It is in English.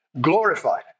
glorified